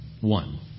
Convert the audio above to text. One